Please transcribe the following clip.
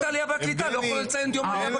העלייה והקליטה לא יכולה לציין את יום העלייה בכנסת.